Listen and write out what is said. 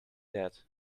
that